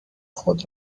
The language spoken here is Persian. خود